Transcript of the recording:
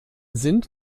sind